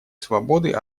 свободы